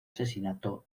asesinato